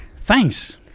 Thanks